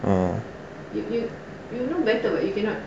uh